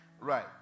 Right